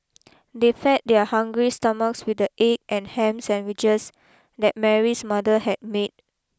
they fed their hungry stomachs with the egg and ham sandwiches that Mary's mother had made